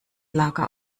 lager